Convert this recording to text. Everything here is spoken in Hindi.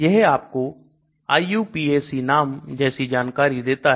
यह आपको IUPAC जैसी जानकारी देता है